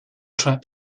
trap